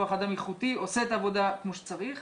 כוח אדם איכותי עושה את העבודה כמו שצריך.